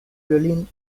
violín